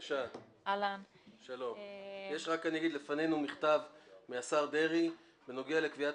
אציין שיש בפנינו מכתב מהשר דרעי בנוגע לקביעת